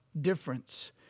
difference